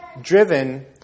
driven